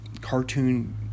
cartoon